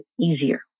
easier